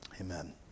amen